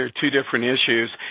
are two different issues.